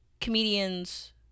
comedians